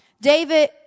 David